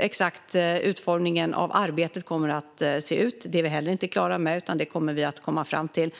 Exakt hur utformningen av arbetet kommer att se ut är vi heller inte klara med. Det kommer vi att komma fram till.